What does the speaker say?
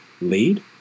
lead